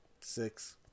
Six